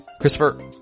Christopher